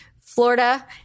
Florida